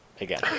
again